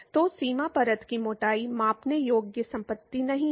तो सीमा परत की मोटाई मापने योग्य संपत्ति नहीं है